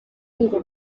ngo